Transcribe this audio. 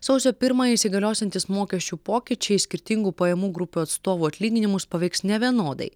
sausio pirmąją įsigaliosiantys mokesčių pokyčiai skirtingų pajamų grupių atstovų atlyginimus paveiks nevienodai